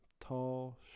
tall